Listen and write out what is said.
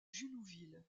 jullouville